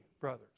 brothers